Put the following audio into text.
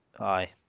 Aye